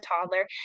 toddler